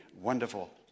wonderful